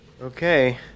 Okay